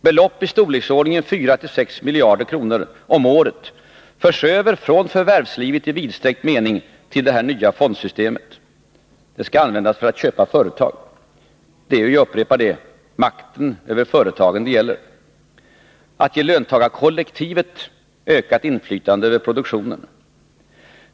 Belopp i storleksordningen 4 miljarder-6 miljarder kronor om året förs över från förvärvslivet i vidsträckt mening till det nya fondsystemet. De skall användas för att köpa upp företag. Det är ju — jag upprepar detta — makten över företagen som det gäller, att ge löntagarkollektivet ökat inflytande över produktionen.